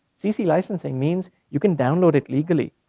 cc licensing means you can download it legally.